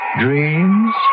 dreams